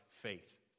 faith